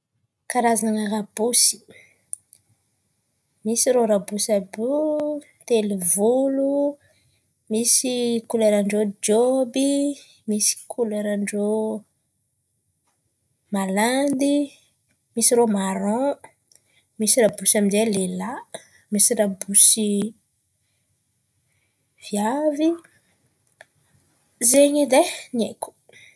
Karazan̈a rabosy, misy irô rabosy àby io telovolo, misy koleran-drô jôby, misy koleran-drô malandy, misy irô maron. Misy rabosy amin'zay lehilahy, misy rabosy viavy zen̈y edy e, ny haiko.